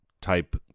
type